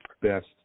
best